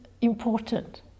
important